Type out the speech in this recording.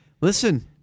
Listen